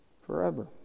forever